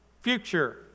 future